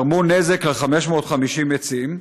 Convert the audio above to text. גרמו נזק ל-550 עצים,